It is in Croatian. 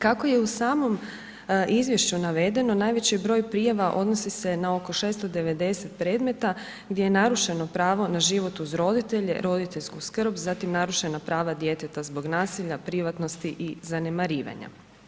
Kako je u samom izvješću navedeno najveći broj prijava odnosi se na oko 690 predmeta gdje je narušeno pravo na život uz roditelje, roditeljsku skrb, zatim narušena prava djeteta zbog nasilja, privatnosti i zanemarivanja.